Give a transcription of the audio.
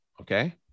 Okay